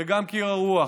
וגם קיר הרוח.